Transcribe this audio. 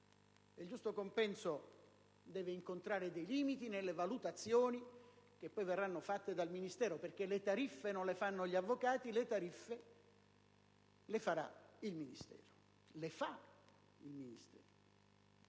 un giusto compenso che deve incontrare dei limiti nelle valutazioni che poi vengono fatte dal Ministero: perché le tariffe non le fanno gli avvocati, le tariffe le fa il Ministero.